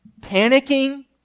panicking